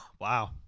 Wow